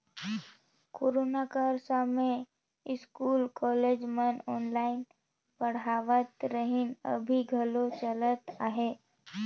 corona कर समें school, college मन ऑनलाईन पढ़ावत रहिन, अभीं घलो चलत अहे